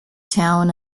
town